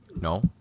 no